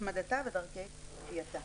הצמדתה ודרכי גבייתה.